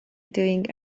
doing